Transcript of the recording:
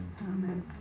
Amen